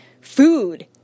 food